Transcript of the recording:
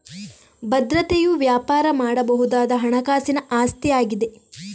ಭದ್ರತೆಯು ವ್ಯಾಪಾರ ಮಾಡಬಹುದಾದ ಹಣಕಾಸಿನ ಆಸ್ತಿಯಾಗಿದೆ